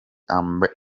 amber